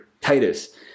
Titus